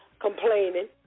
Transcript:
complaining